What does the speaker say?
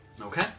Okay